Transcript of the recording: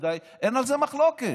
אין על זה מחלוקת,